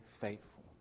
faithful